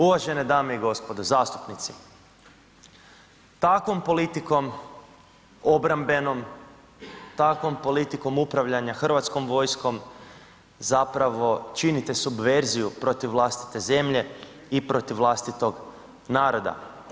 Uvažene dame i gospodo zastupnici, takvom politikom obrambenom, takvom politikom upravljanja Hrvatskom vojsko, zapravo činite subverziju protiv vlastite zemlje i protiv vlastitog naroda.